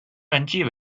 传记